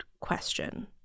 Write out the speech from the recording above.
question